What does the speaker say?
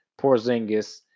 Porzingis